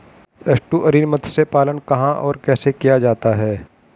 Estuarine मत्स्य पालन कहां और कैसे किया जाता है?